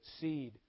seed